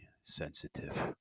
sensitive